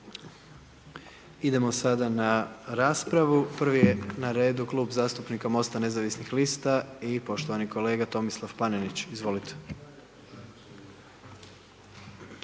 Idemo sada na raspravu, prvi je na redu Klub zastupnika MOST-a nezavisnih lista i poštovani kolega Tomislav Panenić, izvolite.